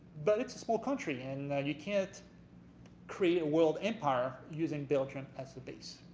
but it's a small country and you can't create a world empire using belgium as the base.